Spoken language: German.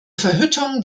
verhüttung